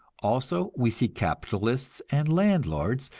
also we see capitalists and landlords,